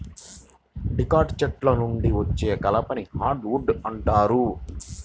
dicot చెట్ల నుండి వచ్చే కలపని హార్డ్ వుడ్ అంటారు